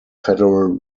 federal